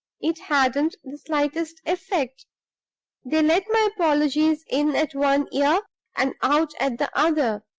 it hadn't the slightest effect they let my apologies in at one ear and out at the other,